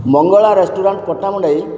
Mangala restaurant Pattamundai